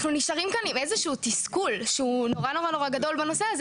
אנחנו נשארים כאן עם איזשהו תסכול שהוא נורא נורא גדול בנושא הזה